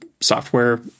software